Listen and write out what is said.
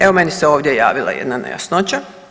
Evo meni se ovdje javila jedna nejasnoća.